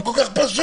כל כך פשוט.